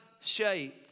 shape